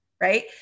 Right